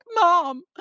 mom